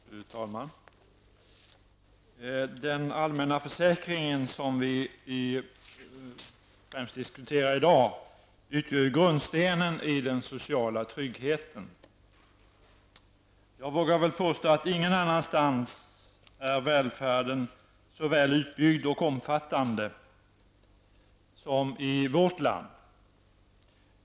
Fru talman! Den allmänna försäkring som vi främst diskuterar i dag utgör grundstenen i fråga om den sociala tryggheten. Jag vågar påstå att det inte någon annanstans finns en så väl utbyggd och omfattande välfärd som vi vårt land.